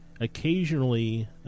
Occasionally